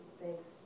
thanks